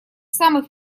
самых